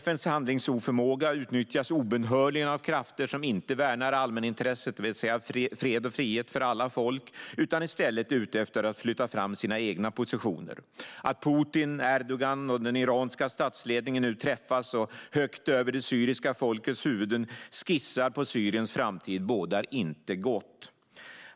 FN:s handlingsoförmåga utnyttjas obönhörligen av krafter som inte värnar allmänintresset, det vill säga fred och frihet för alla folk, utan i stället är ute efter att flytta fram sina egna positioner. Att Putin, Erdogan och den iranska statsledningen nu träffas och högt över det syriska folkets huvuden skissar på Syriens framtid bådar inte gott.